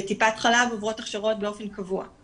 בטיפת חלב הן עוברות הכשרות באופן קבוע.